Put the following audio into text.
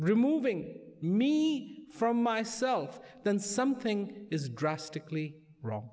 removing me from myself then something is drastically